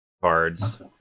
cards